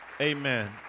Amen